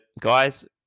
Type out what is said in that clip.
guys